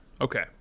Okay